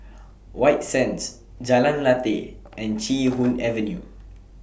White Sands Jalan Lateh and Chee Hoon Avenue